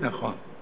נכון.